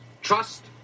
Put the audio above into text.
trust